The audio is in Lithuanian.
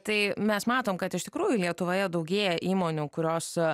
tai mes matom kad iš tikrųjų lietuvoje daugėja įmonių kurios